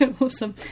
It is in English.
awesome